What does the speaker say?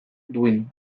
duin